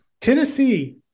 Tennessee